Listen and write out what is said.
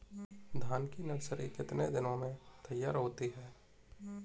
धान की नर्सरी कितने दिनों में तैयार होती है?